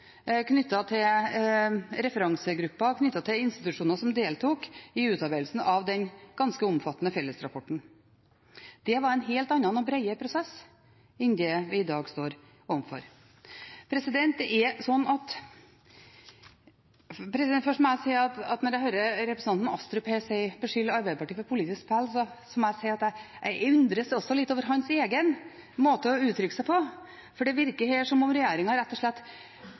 knyttet til referansegruppa og de institusjoner som deltok i utarbeidelsen av den ganske omfattende fellesrapporten. Det var en helt annen og bredere prosess enn det vi i dag står overfor. Når jeg hører representanten Astrup beskylde Arbeiderpartiet for politisk spill, må jeg si at jeg undres litt over hans egen måte å uttrykke seg på. Det virker som om regjeringen rett og slett